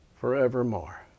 forevermore